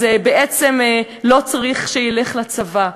אז בעצם לא צריך שילך לצבא.